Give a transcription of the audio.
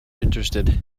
interested